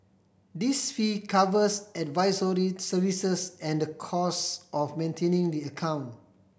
this fee covers advisory services and the cost of maintaining the account